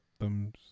thumbs